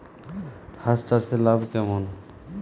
হাঁস চাষে লাভ কেমন?